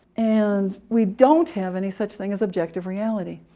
and we don't have any such thing as objective reality.